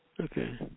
Okay